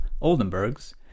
Oldenburg's